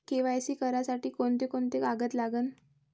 KYC करासाठी कोंते कोंते कागद लागन?